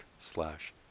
slash